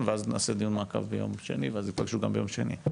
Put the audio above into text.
ונעשה דיון מעקב ביום שני ואז יפגשו גם ביום שני.